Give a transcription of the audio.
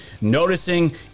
noticing